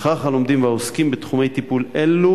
וכך הלומדים והעוסקים בתחומי טיפול אלו